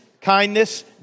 kindness